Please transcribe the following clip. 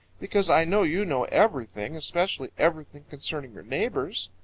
because i know you know everything, especially everything concerning your neighbors.